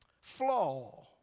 flaw